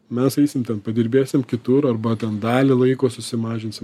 mes eisim ten padirbėsim kitur arba ten dalį laiko susimažinsim